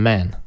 Man